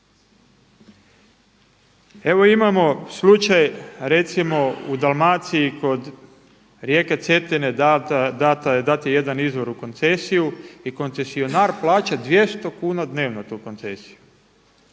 Evo imamo slučaj recimo u Dalmaciji kod rijeke Cetine dat je jedan izvor u koncesiju i koncesionar plaća 200 kuna dnevno tu koncesiju.